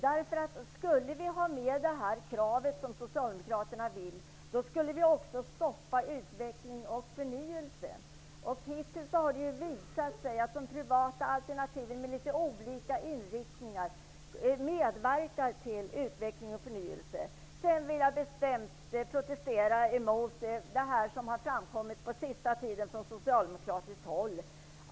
Om vi skulle ha med det krav som Socialdemokraterna vill ha skulle vi också stoppa utveckling och förnyelse. Hittills har det ju visat sig att de privata alternativen, med olika inriktningar, medverkar till utveckling och förnyelse. Jag vill bestämt protestera mot det som på sista tiden har framkommit från socialdemokratiskt håll.